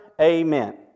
Amen